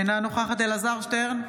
אינה נוכחת אלעזר שטרן,